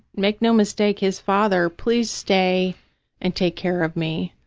make no mistake, his father, please stay and take care of me,